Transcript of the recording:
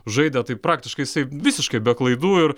žaidė tai praktiškai visiškai be klaidų ir